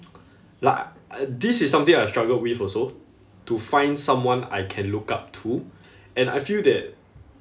like this is something I have struggled with also to find someone I can look up to and I feel that